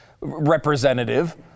representative